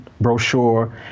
brochure